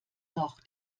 noch